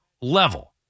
level